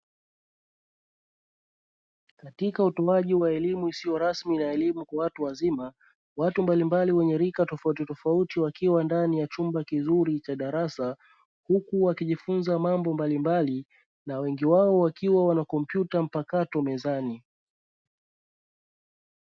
Katika utoaji wa elimu isiyo rasmi na elimu kwa watu wazima watu mbalimbali wenye rika tofautitofauti , wakiwa ndani ya chumba kizuri cha darasa, huku wakijifunza mambo mbalimbali na wengi wao wakiwa wanakompyuta mpakato mezani.